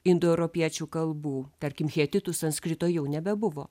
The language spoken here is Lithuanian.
indoeuropiečių kalbų tarkim hetitų sanskrito jau nebebuvo